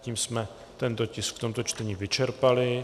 Tím jsme tento tisk v tomto čtení vyčerpali.